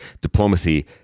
diplomacy